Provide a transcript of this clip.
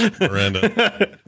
Miranda